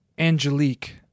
Angelique